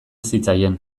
zitzaien